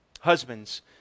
Husbands